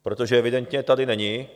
Protože evidentně tady není...